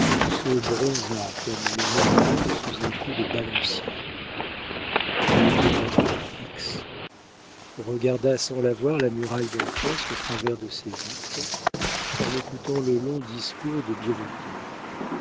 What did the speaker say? se bronza comme le métal sous un coup de balancier il demeura fixe regarda sans la voir la muraille d'en face au travers de ses vitres en écoutant le long discours de birotteau